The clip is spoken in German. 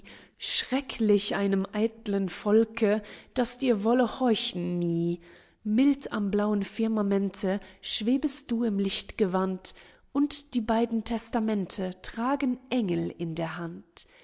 schrecklich einem eitlen volke das dir wollte horchen nie mild am blauen firmamente schwebest du im lichtgewand und die beiden testamente tragen engel in der hand